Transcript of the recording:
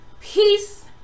peace